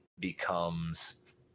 becomes